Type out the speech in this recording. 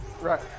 right